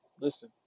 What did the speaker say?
listen